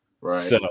Right